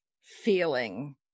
feeling